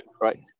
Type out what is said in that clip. right